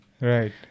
Right